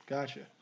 Gotcha